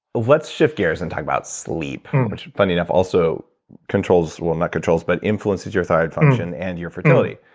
let's shift gears and talk about sleep, which funny enough also controls well not controls, but influences your thyroid function and your fertility.